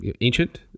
ancient